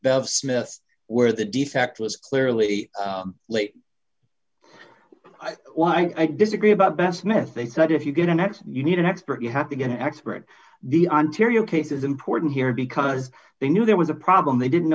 bev smith where the defect was clearly late why i disagree about best meth they said if you get an act you need an expert you have to get an expert the ontario case is important here because they knew there was a problem they didn't